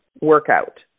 workout